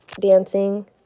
dancing